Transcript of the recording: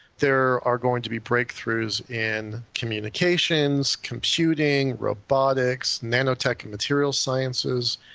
there are going to be breakthroughs in communications, computing, robotics, nanotech and material sciences,